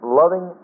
loving